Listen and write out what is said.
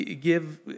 give